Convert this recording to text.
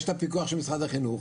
יש את הפיקוח של משרד החינוך,